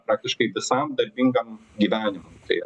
praktiškai visam darbingam gyvenimui tai